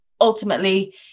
ultimately